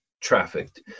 trafficked